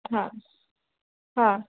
हा हा